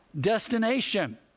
destination